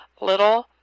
little